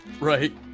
Right